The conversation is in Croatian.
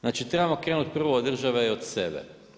Znači trebamo krenuti prvo od države i od sebe.